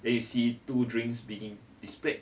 then you see two drinks being displayed